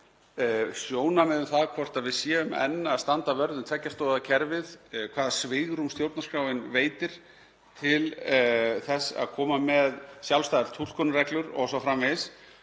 sjónarmið um það hvort við séum enn að standa vörð um tveggja stoða kerfið, hvað svigrúm stjórnarskráin veitir til þess að koma með sjálfstæðar túlkunarreglur o.s.frv.